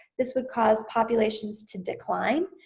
this would cause populations to decline,